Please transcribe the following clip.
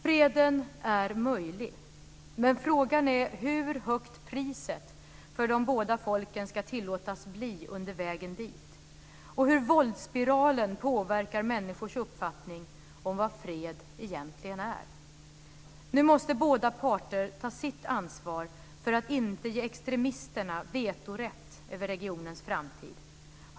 Freden är möjlig, men frågan är hur högt priset för de både folken ska tillåtas bli under vägen dit och hur våldsspiralen påverkar människors uppfattning om vad fred egentligen är. Nu måste båda parter ta sitt ansvar för att inte ge extremisterna vetorätt över regionens framtid.